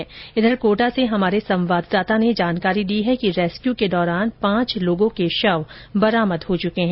इधर हमारे कोटा से हमारे संवाददाता ने जानकारी दी है कि रेस्क्यू के दौरान पांच लोगों के शव बरामद हो चुके हैं